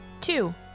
Two